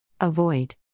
Avoid